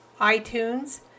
iTunes